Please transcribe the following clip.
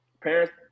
Parents